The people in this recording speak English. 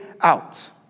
out